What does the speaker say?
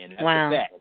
Wow